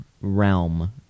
realm